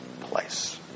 place